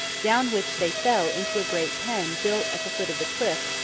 down which they fell into a great pen built at the foot of the cliff,